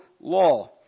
law